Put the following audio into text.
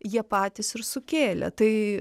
jie patys ir sukėlė tai